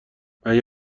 مگه